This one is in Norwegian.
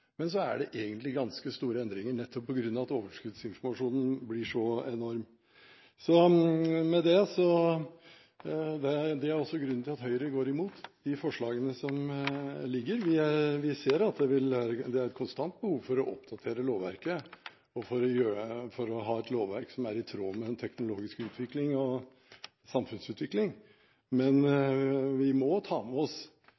Men så er det egentlig ganske store endringer, nettopp på grunn av at overskuddsinformasjonen blir så enorm. Det er også grunnen til at Høyre går imot de forslagene som ligger her. Vi ser at det er et konstant behov for å oppdatere lovverket for å ha et lovverk som er i tråd med den teknologiske utvikling og samfunnsutvikling, men